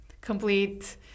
complete